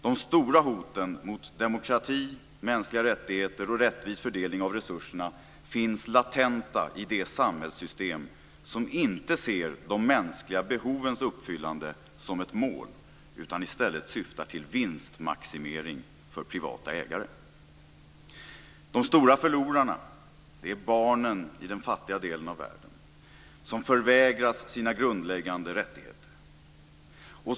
De stora hoten mot demokrati, mänskliga rättigheter och rättvis fördelning av resurserna finns latenta i det samhällssystem som inte ser de mänskliga behovens uppfyllande som ett mål utan i stället syftar till vinstmaximering för privata ägare. De stora förlorarna är barnen i den fattiga delen av världen, som förvägras sina grundläggande rättigheter.